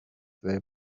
they